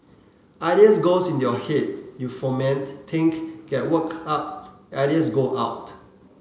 ideas goes into your head you foment think get worked up ideas go out